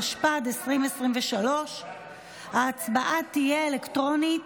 התשפ"ד 2023. ההצבעה תהיה אלקטרונית.